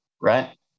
right